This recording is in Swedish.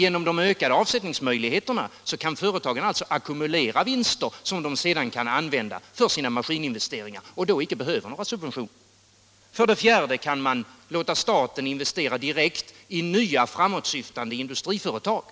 Genom de ökade avsättningsmöjligheterna kan företagen ackumulera vinster, som de sedan kan använda för sina maskininvesteringar utan att behöva några subventioner. För det fjärde kan man låta staten investera direkt i nya framåtsyftande industriföretag.